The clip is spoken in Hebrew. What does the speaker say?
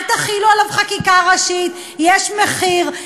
אל תחילו עליו חקיקה ראשית, יש מחיר.